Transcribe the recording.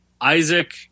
Isaac